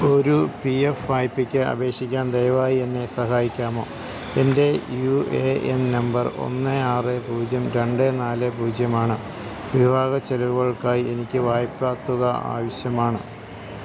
ഒരു P F വായ്പയ്ക്ക് അപേക്ഷിക്കാൻ ദയവായി എന്നെ സഹായിക്കാമോ എൻ്റെ യു എ എൻ നമ്പർ ഒന്ന് ആറ് പൂജ്യം രണ്ട് നാല് പൂജ്യമാണ് വിവാഹച്ചെലവുകൾക്കായി എനിക്ക് വായ്പാതുക ആവശ്യമാണ്